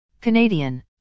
Canadian